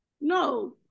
No